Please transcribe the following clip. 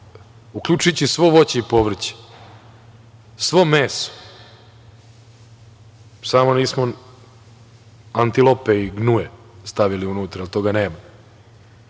uključujući i svo voće i povrće, svo meso, samo nismo antilope i gnue stavili unutra, jer toga nema